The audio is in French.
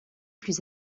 plus